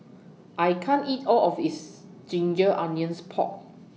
I can't eat All of IS Ginger Onions Pork